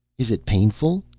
is it painful?